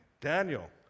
Daniel